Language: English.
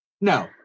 No